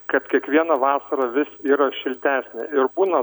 kad kiekvieną vasarą vis yra šiltesnė ir būna